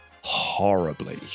horribly